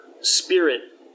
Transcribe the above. spirit